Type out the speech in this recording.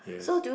yes